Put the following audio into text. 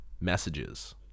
messages